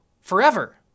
forever